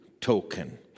token